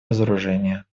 разоружения